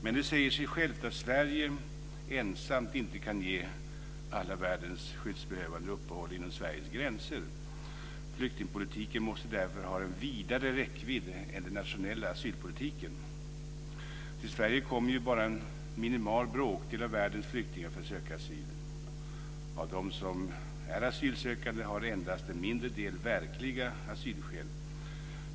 Men det säger sig självt att Sverige ensamt inte kan ge alla världens skyddsbehövande uppehållstillstånd inom landets gränser. Flyktingpolitiken måste därför ha en vidare räckvidd än den nationella asylpolitiken. Till Sverige kommer bara en minimal bråkdel av världens flyktingar för att söka asyl. Av de asylsökande har endast en mindre del verkliga asylskäl.